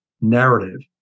narrative